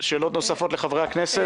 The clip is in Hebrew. שאלות נוספות לחברי הכנסת?